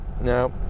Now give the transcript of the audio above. no